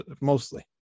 mostly